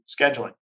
scheduling